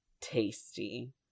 tasty